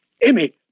Amy